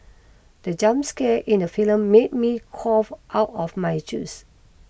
the jump scare in the film made me cough out my juice